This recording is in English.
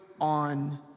on